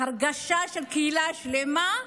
ההרגשה של קהילה שלמה,